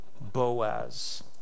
Boaz